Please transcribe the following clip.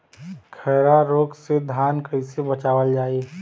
खैरा रोग से धान कईसे बचावल जाई?